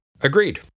Agreed